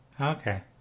Okay